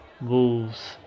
Wolves